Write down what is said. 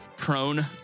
Prone